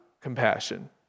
compassion